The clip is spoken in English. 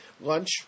lunch